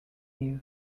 new